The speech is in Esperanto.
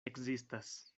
ekzistas